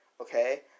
Okay